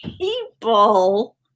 people